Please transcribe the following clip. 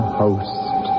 host